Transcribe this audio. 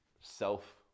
self